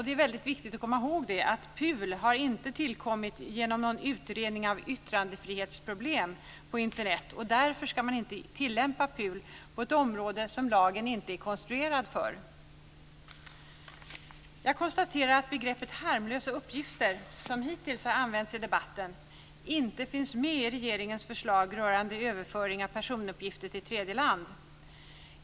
Det är väldigt viktigt att komma ihåg att PUL inte har tillkommit genom någon utredning av yttrandefrihetsproblem på Internet, och därför ska man inte tillämpa PUL på ett område som lagen inte är konstruerad för. Jag konstaterar att begreppet harmlösa uppgifter, som hittills har använts i debatten, inte finns med i regeringens förslag rörande överföring av personuppgifter till tredje land.